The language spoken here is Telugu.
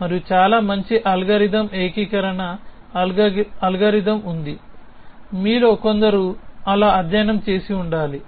మరియు చాలా మంచి అల్గోరిథం ఏకీకరణ అల్గోరిథం ఉంది మీలో కొందరు అలా అధ్యయనం చేసి ఉండాలి